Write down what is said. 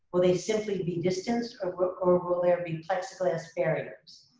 will they simply be distanced, or will or will there be plexiglass barriers?